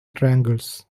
triangles